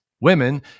women